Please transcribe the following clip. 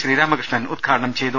ശ്രീരാമകൃഷ്ണൻ ഉദ്ഘാടനം ചെയ്തു